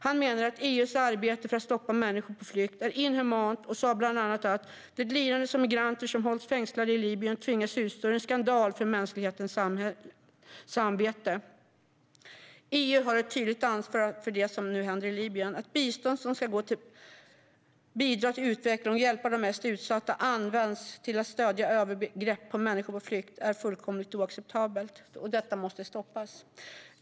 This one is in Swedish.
Han menar att EU:s arbete för att stoppa människor på flykt är inhumant. Han sa bland annat att det lidande som migranter som hålls fängslade i Libyen tvingas utstå är en skandal för mänsklighetens samvete. EU har ett tydligt ansvar för det som nu händer i Libyen. Att bistånd som ska bidra till utveckling och hjälpa de mest utsatta används till att stödja övergrepp på människor på flykt är fullkomligt oacceptabelt. Detta måste stoppas.